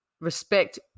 respect